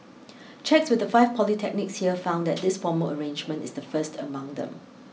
checks with the five polytechnics here found that this formal arrangement is the first among them